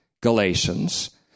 Galatians